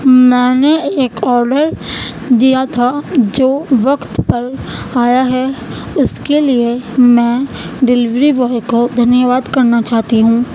میں نے ایک آڈر دیا تھا جو وقت پر آیا ہے اس کے لیے میں ڈیلیوری بوائے کو دھنیہ واد کرنا چاہتی ہوں